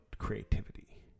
creativity